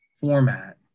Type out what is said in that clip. format